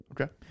Okay